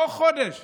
בתוך חודש